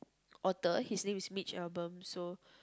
author his name is Mitch-Albom so